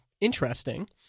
interesting